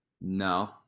No